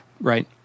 right